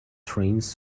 trains